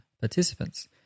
participants